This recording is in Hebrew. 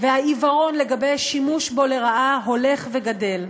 והעיוורון לגבי השימוש בו לרעה הולכים וגדלים.